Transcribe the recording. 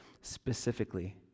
specifically